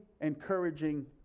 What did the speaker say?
encouraging